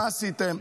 מה עשיתם?